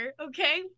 Okay